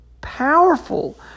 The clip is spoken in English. powerful